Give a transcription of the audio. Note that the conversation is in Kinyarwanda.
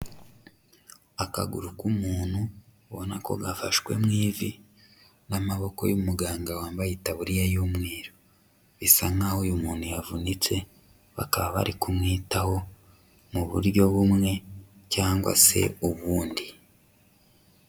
Akaguru k'umuntu ubona ko gafashwe mu ivi n'amaboko y'umuganga wambaye itaburiya y'umweru, bisa nkaho uyu muntu yavunitse, bakaba bari kumwitaho mu buryo bumwe cyangwa se ubundi.